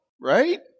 right